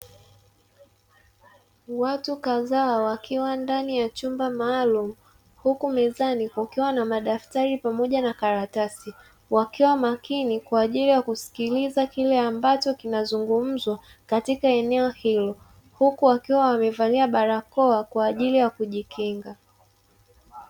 Watu kadhaa wakiwa ndani ya chumba maalumu, huku mezani kukiwa na madaftari pamoja na karatasi. Wakiwa makini kwa ajili ya kusikiliza kile ambacho kinazungumzwa katika eneo hilo, huku wakiwa wamevalia barakoa kwa ajili ya kujikinga.